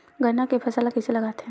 गन्ना के फसल ल कइसे लगाथे?